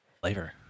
flavor